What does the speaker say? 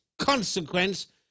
consequence